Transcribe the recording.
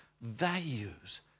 values